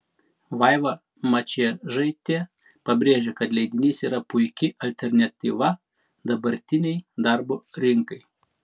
vaiva mačiežaitė pabrėžė kad leidinys yra puiki alternatyva dabartinei darbo rinkai